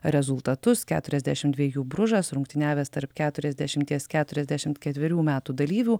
rezultatus keturiasdešim dviejų bružas rungtyniavęs tarp keturiasdešimties keturiasdešim ketverių metų dalyvių